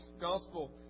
Gospel